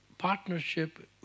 partnership